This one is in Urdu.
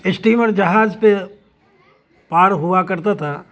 اسٹیمر جہاز پہ پار ہوا کرتا تھا